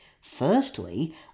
Firstly